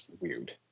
weird